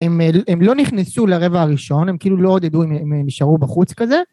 הם לא נכנסו לרבע הראשון הם כאילו לא עוד עדו אם הם נשארו בחוץ כזה